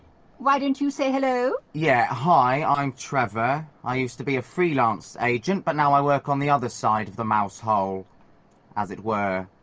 why don't you say hello? yeah, hi, i'm trevor, i used to be a freelance agent, but now i work on the other side of the mousehole, as it were.